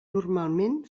normalment